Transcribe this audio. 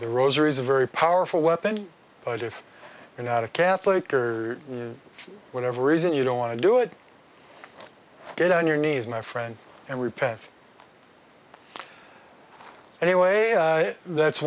the rosary is a very powerful weapon but if you're not a catholic or whatever reason you don't want to do it get on your knees my friend and repent anyway that's